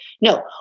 no